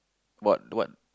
what what